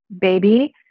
baby